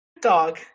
Dog